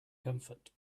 comfort